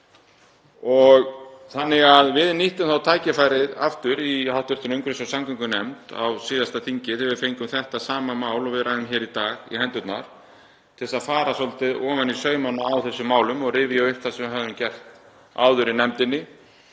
Þannig að við nýttum tækifærið aftur í hv. umhverfis- og samgöngunefnd á síðasta þingi þegar við fengum þetta sama mál og við ræðum hér í dag í hendurnar, til að fara svolítið ofan í saumana á þessum málum og rifja upp það sem við höfðum gert áður í nefndinni